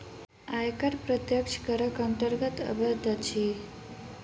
आयकर प्रत्यक्ष करक अन्तर्गत अबैत अछि